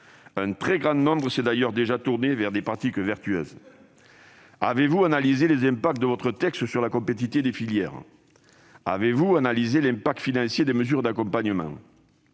d'agriculteurs s'est d'ailleurs déjà tourné vers des pratiques vertueuses. Avez-vous analysé l'impact de votre texte sur la compétitivité des filières ? Avez-vous analysé l'impact financier des mesures d'accompagnement ?